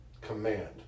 command